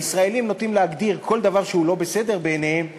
הישראלים נוטים להגדיר כל דבר שהוא לא בסדר בעיניהם כשחיתות.